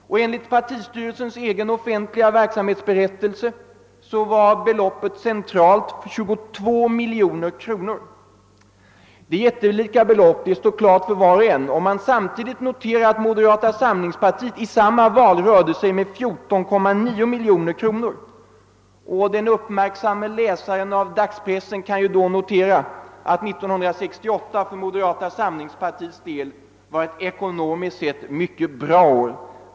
Enligt partistyrelsens egen offentliga verksamhetsberättelse var det centralt fråga om 22 miljoner. Detta är jättebelopp, det står klart för var och en, om man samtidigt noterar att moderata samlingspartiet vid samma val rörde sig med 14,9 miljoner kr. Den uppmärksamme läsaren av dagspressen kan då notera att 1968 för moderata samlingspartiet var ett ekonomiskt sett mycket gott år.